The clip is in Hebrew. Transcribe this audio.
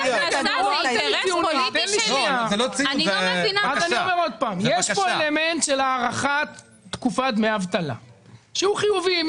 אני אומר שיש כאן אלמנט של הארכת תקופת דמי אבטלה שהוא חיובי.